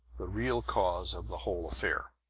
the real cause of the whole affair.